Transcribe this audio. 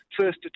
first